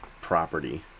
property